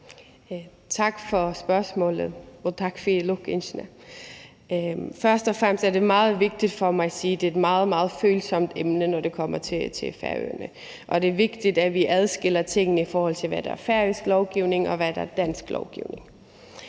Tak for spørgsmålet, og takk fyri lukkuynskini! Først og fremmest er det meget vigtigt for mig at sige, at det er et meget, meget følsomt emne, når det kommer til Færøerne, og det er vigtigt, at vi adskiller tingene, i forhold til hvad der er færøsk lovgivning,